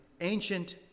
ancient